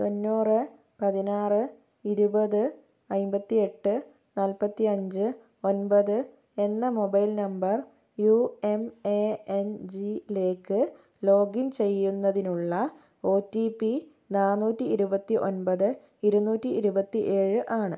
തൊണ്ണൂറ് പതിനാറ് ഇരുപത് അൻപത്തിയെട്ട് നാല്പത്തിയഞ്ച് ഒൻപത് എന്ന mobile number U M N ജിയിലേക്ക് ലോഗിൻ ചെയ്യുന്നതിനുള്ള ഒ ടി പി നാന്നൂറ്റി ഇരുപത്തിയൊൻപത് ഇരുന്നൂറ്റി ഇരുപത്തിയേഴ് ആണ്